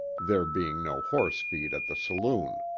there being no horse feed at the saloon.